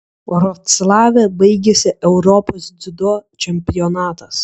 vroclave baigėsi europos dziudo čempionatas